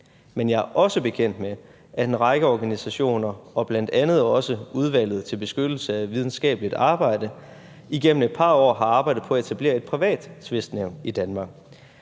men jeg er også bekendt med, at en række organisationer og bl.a. også Udvalget til Beskyttelse af Videnskabeligt Arbejde igennem et par år har arbejdet på at etablere et privat tvistnævn i Danmark.